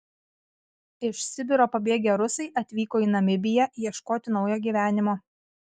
iš sibiro pabėgę rusai atvyko į namibiją ieškoti naujo gyvenimo